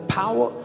power